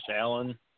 Allen